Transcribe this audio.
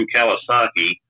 Kawasaki